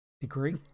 degree